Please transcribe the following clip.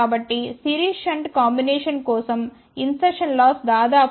కాబట్టి series shunt combination కోసం insertion loss దాదాపు 0